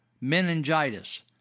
meningitis